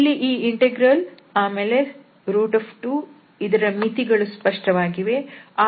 ಇಲ್ಲಿ ಈ ಇಂಟೆಗ್ರಲ್ ಆಮೇಲೆ 2 ಇದರ ಮಿತಿಗಳು ಸ್ಪಷ್ಟವಾಗಿವೆ